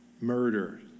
murder